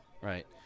Right